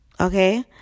Okay